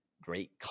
great